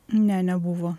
ne nebuvo